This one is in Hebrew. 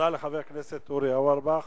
תודה לחבר הכנסת אורי אורבך.